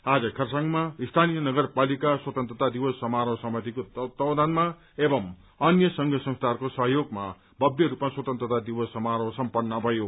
आज खरसाङमा स्थानीय नगरपालिका स्वतन्त्रता दिवस समारोह समितिको तत्वावधानमा एवं अन्य संघ संस्थाहरूको सहयोगमा भव्यरूपमा स्वतन्त्रता दिवस समारोह सम्पन्न भयो